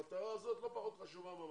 המטרה הזאת לא פחות חשובה,